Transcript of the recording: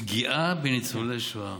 "פגיעה בניצולי שואה"